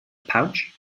pouch